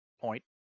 Point